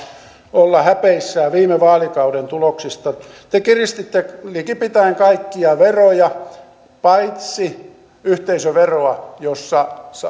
olla häpeissään viime vaalikauden tuloksista te kiristitte likipitäen kaikkia veroja paitsi yhteisöveroa jossa